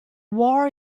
war